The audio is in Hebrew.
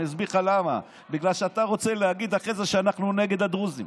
אני אסביר לך למה: בגלל שאתה רוצה להגיד אחרי זה שאנחנו נגד הדרוזים.